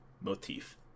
motif